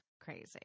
crazy